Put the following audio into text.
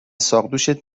ساقدوشت